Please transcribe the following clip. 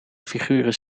figuren